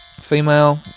female